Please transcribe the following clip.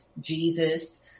Jesus